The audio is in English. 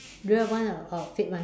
real one or or fake one